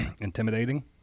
intimidating